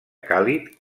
càlid